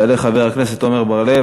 יעלה חבר הכנסת עמר בר-לב,